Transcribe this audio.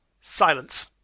Silence